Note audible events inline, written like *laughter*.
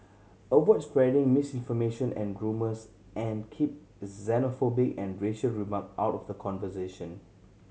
avoid spreading misinformation and *unintelligible* and keep xenophobia and racial remark out of the conversation